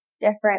different